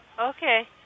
Okay